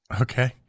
Okay